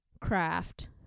craft